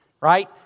Right